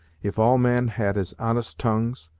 if all men had as honest tongues,